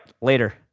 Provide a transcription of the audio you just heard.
Later